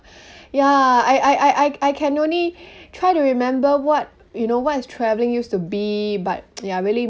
ya I I I I can only try to remember what you know what is travelling used to be but ya really